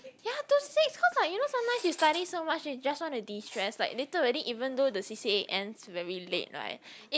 ya two six cause ah you know sometimes you study so much then just want to distress like later already even though the c_c_a sends very late [right] it